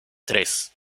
tres